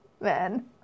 man